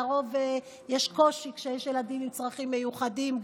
לרוב יש קושי כשיש ילדים עם צרכים מיוחדים,